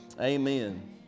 Amen